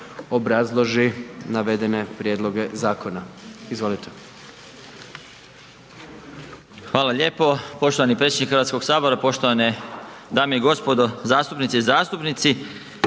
obrazloži navedene prijedloge zakona. Izvolite. **Marić, Zdravko** Hvala lijepo. Poštovani predsjedniče Hrvatskog sabora, poštovane dame i gospodo zastupnice i zastupnici.